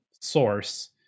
source